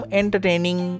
entertaining